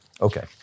Okay